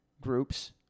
groups